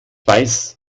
weiß